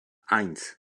eins